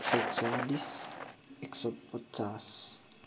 एक सय चालिस एक सय पचास